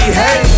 hey